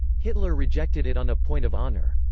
hitler rejected it on a point of honour.